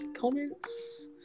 comments